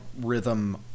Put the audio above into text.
rhythm